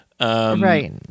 Right